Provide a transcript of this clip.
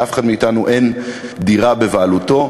לאף אחד מאתנו אין דירה בבעלותו.